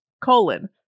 colon